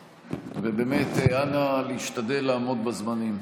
ובאמת, אנא, להשתדל לעמוד בזמנים.